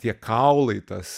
tie kaulai tas